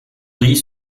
grilles